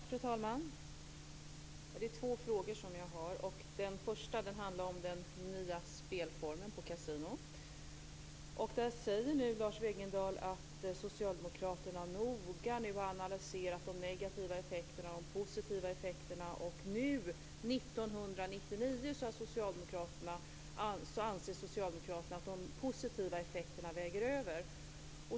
Fru talman! Det är två frågor som jag har, och den första handlar om den nya spelformen på kasino. Där säger nu Lars Wegendal att socialdemokraterna noga har analyserat de negativa och de positiva effekterna, och nu, 1999, anser socialdemokraterna att de positiva effekterna väger över.